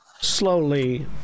slowly